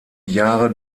jahre